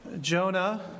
Jonah